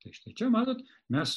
tai štai čia matot mes